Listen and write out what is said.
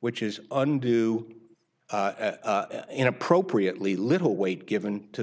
which is undue in appropriately little weight given to the